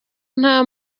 nta